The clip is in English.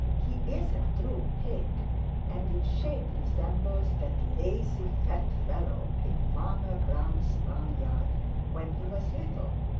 he is a true pig and in shape resembles that lazy, fat fellow in farmer brown's barnyard when he was little.